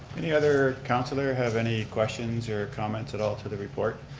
any other councilor have any questions or comments at all to the report?